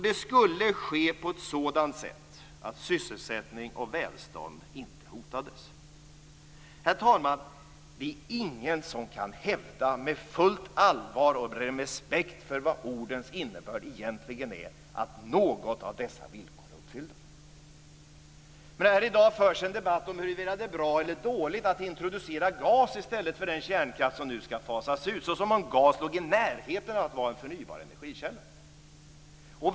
Det skulle ske på ett sådant sätt att sysselsättning och välstånd inte hotades. Herr talman! Det är ingen som på fullt allvar och med respekt för vad ordens innebörd egentligen är att något av dessa villkor är uppfyllda. I dag förs en debatt om huruvida det är bra eller dåligt att introducera gas i stället för den kärnkraft som nu skall fasas ut - som om gas skulle ligga i närheten av att vara en förnybar energikälla!